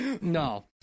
No